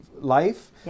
life